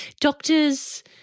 doctors